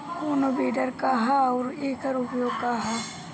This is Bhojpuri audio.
कोनो विडर का ह अउर एकर उपयोग का ह?